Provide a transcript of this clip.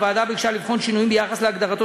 הוועדה ביקשה לבחון שינויים ביחס להגדרתו